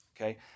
Okay